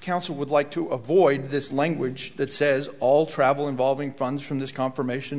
council would like to avoid this language that says all travel involving funds from this confirmation